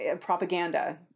propaganda